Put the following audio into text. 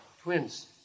Twins